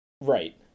Right